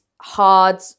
hard